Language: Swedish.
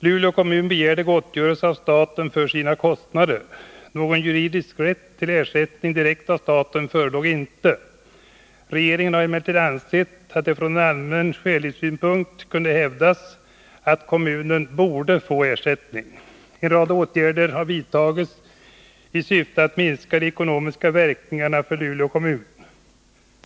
Luleå kommun begärde gottgörelse av staten för sina kostnader. Någon juridisk rätt till ersättning direkt av staten förelåg inte. Regeringen har emellertid ansett att det från allmän skälighetssynpunkt kunde hävdas att kommunen borde få ersättning. En rad åtgärder har vidtagits i syfte att minska de ekonomiska verkningarna för Luleå kommun.